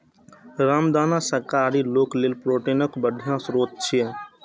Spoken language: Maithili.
रामदाना शाकाहारी लोक लेल प्रोटीनक बढ़िया स्रोत छियै